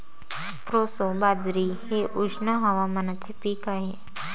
proso बाजरी हे उष्ण हवामानाचे पीक आहे